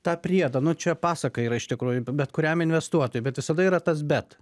tą priedą nu čia pasaka yra iš tikrųjų bet kuriam investuotojui bet visada yra tas bet